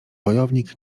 wojownik